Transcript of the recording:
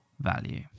value